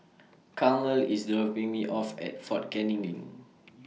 Carmel IS dropping Me off At Fort Canning LINK